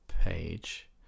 page